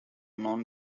non